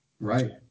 right